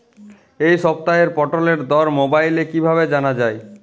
এই সপ্তাহের পটলের দর মোবাইলে কিভাবে জানা যায়?